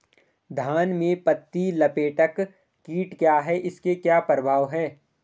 धान में पत्ती लपेटक कीट क्या है इसके क्या प्रभाव हैं?